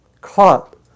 Caught